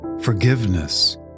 forgiveness